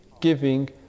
giving